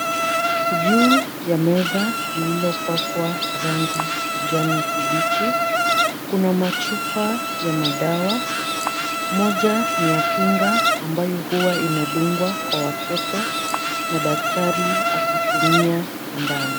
Juu ya meza lililopakwa rangi kijani kibichi. Kuna machupa ya madawa, moja ni ya kinga ambayo huwa inadungwa kwa watoto, na daktari akitumia sindano.